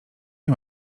nie